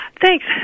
Thanks